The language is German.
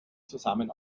zusammen